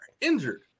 injured